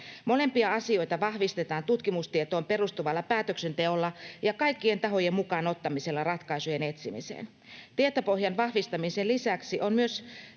Molempia asioita vahvistetaan tutkimustietoon perustuvalla päätöksenteolla ja kaikkien tahojen mukaan ottamisella ratkaisujen etsimiseen. Tietopohjan vahvistamisen lisäksi on myös